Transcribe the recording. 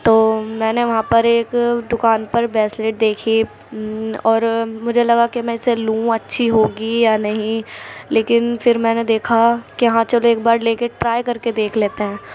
تو میں نے وہاں پر ایک دکان پر بیسلیٹ دیکھی اور مجھے لگا کہ میں اسے لوں اچھی ہوگی یا نہیں لیکن پھر میں نے دیکھا کہ ہاں چلو ایک بار لے کے ٹرائے کر کے دیکھ لیتے ہیں